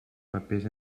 papers